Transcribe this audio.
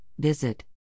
visit